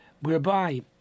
whereby